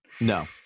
no